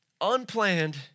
unplanned